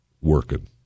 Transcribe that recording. working